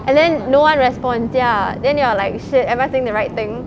and then no one responds ya then you're like shit am I saying the right thing